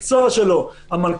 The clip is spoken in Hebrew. אני,